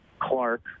Clark